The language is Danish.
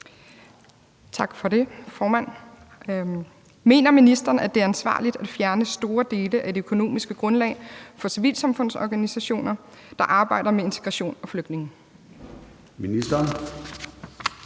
Tak for det, formand. Mener ministeren, at det er ansvarligt at fjerne store dele af det økonomiske grundlag for civilsamfundsorganisationer, der arbejder med integration og flygtninge? Kl.